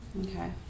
okay